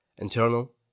internal